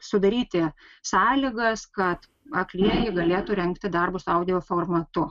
sudaryti sąlygas kad aklieji galėtų rengti darbus audio formatu